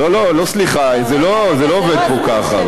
לא סליחה, זה לא עובד פה ככה.